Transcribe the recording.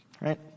right